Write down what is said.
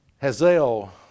Hazel